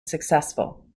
successful